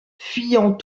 fuyant